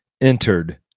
entered